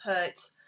put